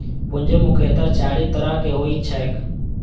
पूंजी मुख्यतः चारि तरहक होइत छैक